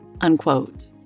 Unquote